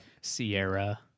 Sierra